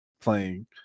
playing